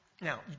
Now